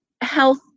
health